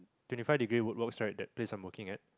twenty five degree workload right the place I'm working at